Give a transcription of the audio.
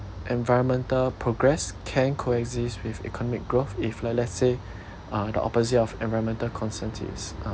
environmental progress can coexist with economic growth if like let's say uh the opposite of environmental concerns is